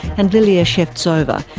and lilia shevtsova,